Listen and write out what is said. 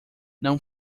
não